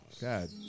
God